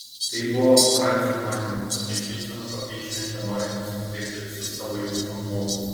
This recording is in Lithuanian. tai buvo francio manymu tokia šypsena kokią išlenkia norintis nuslėpti visus savo jausmus žmogus